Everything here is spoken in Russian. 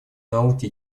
науки